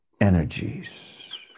energies